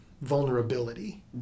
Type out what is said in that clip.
vulnerability